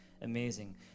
Amazing